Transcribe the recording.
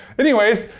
anyways.